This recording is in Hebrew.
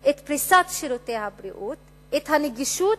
את פריסת שירותי הבריאות, את הנגישות